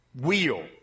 wheel